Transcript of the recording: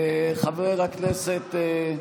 חבר הכנסת זמיר,